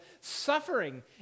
suffering